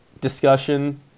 discussion